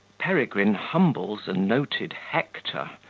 peregrine humbles a noted hector,